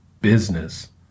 business